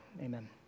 Amen